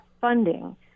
funding